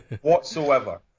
whatsoever